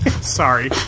sorry